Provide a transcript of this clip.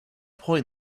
point